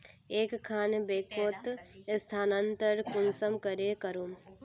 एक खान बैंकोत स्थानंतरण कुंसम करे करूम?